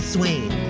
Swain